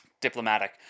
diplomatic